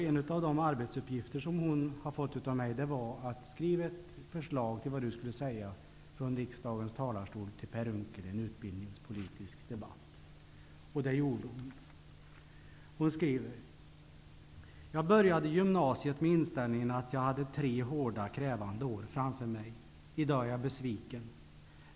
En av de arbetsuppgifter som hon fick av mig var att skriva ned vad hon skulle säga från riksdagens talarstol till Per Unckel i en utbildningspolitisk debatt, och det gjorde hon. Hon skrev: ''Jag började gymnasiet med inställningen att jag hade tre hårda, krävande år framför mig. I dag är jag besviken.